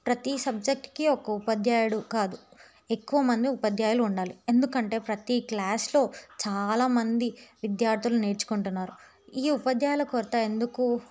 ప్రతి సబ్జెక్ట్కి ఒక ఉపాధ్యాయుడు కాదు ఎక్కువ మంది ఉపాధ్యాయులు ఉండాలి ఎందుకంటే ప్రతీ క్లాస్లో చాలామంది విద్యార్థులు నేర్చుకుంటున్నారు ఈ ఉపాధ్యాయుల కొరత ఎందుకు